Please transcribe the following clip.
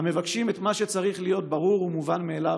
המבקשים את מה שצריך להיות ברור ומובן מאליו.